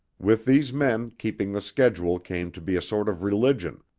with these men, keeping the schedule came to be a sort of religion,